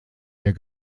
der